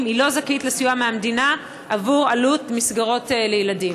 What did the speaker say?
היא לא זכאית לסיוע מהמדינה עבור עלות מסגרות לילדים?